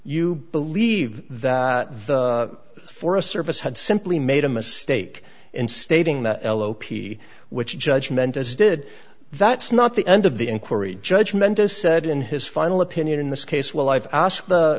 you believe that the forest service had simply made a mistake in stating that l o p which judge meant as did that's not the end of the inquiry judgement has said in his final opinion in this case well i've asked the